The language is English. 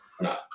No